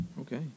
Okay